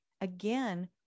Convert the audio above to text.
again